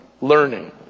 learning